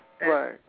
Right